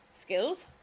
skills